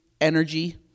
energy